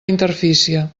interfície